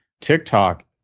TikTok